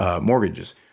mortgages